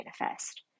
manifest